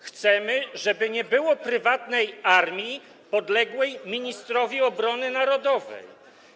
Chcemy, żeby nie było prywatnej armii podległej ministrowi obrony narodowej.